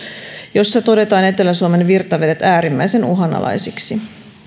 jossa todetaan etelä suomen virtavedet äärimmäisen uhanalaisiksi